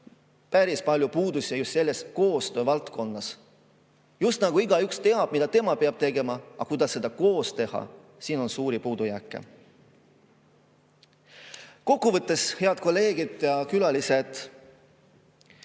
päris palju puudusi just selles koostöö valdkonnas. Just nagu igaüks teab, mida tema peab tegema, aga kuidas midagi koos teha, selles on suuri puudujääke. Kokku võttes: head kolleegid ja külalised,